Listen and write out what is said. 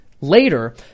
later